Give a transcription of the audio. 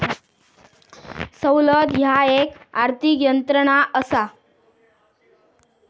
सवलत ह्या एक आर्थिक यंत्रणा असा